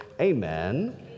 amen